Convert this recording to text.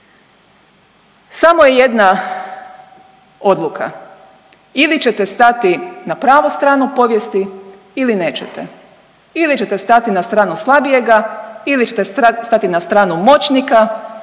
Samo je jedna odluka, ili ćete stati na pravu stranu povijesti ili nećete, ili ćete stati na stranu slabijega ili ćete stati na stranu moćnika